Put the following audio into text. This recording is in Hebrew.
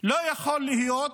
לא יכול להיות,